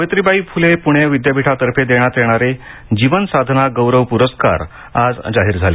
सावित्रीबाई फ़ले पुणे विद्यापीठातर्फे देण्यात येणारे जीवनसाधना गौरव पुरस्कार आज जाहीर झाले